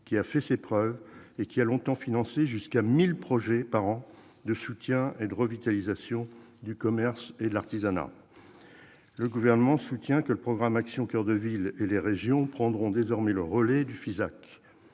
qui a fait ses preuves, et qui a longtemps financé jusqu'à mille projets par an de soutien et de revitalisation du commerce et de l'artisanat. Le Gouvernement soutient que le programme Action coeur de ville et les régions prendront désormais le relais du Fisac.